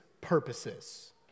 purposes